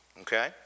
okay